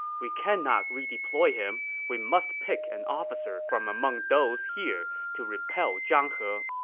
we cannot redeploy him. we must pick an officer from among those here to repel zhang he.